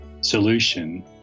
solution